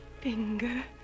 finger